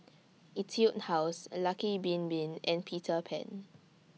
Etude House Lucky Bin Bin and Peter Pan